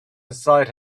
inside